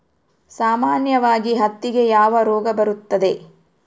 ಸಾಮಾನ್ಯವಾಗಿ ಹತ್ತಿಗೆ ಯಾವ ರೋಗ ಬರುತ್ತದೆ?